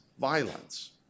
violence